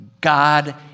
God